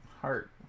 heart